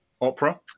Opera